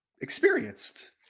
experienced